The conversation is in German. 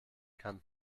kann